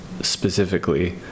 specifically